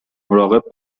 مراقب